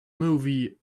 movie